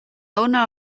owner